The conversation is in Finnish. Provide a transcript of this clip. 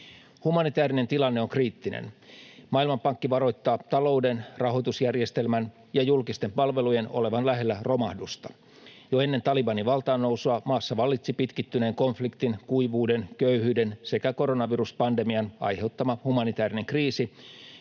Humanitäärinen tilanne on kriittinen. Maailmanpankki varoittaa talouden, rahoitusjärjestelmän ja julkisten palvelujen olevan lähellä romahdusta. Jo ennen Talibanin valtaannousua maassa vallitsi pitkittyneen konfliktin, kuivuuden, köyhyyden sekä koronaviruspandemian aiheuttama humanitäärinen kriisi,